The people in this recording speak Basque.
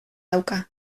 dauka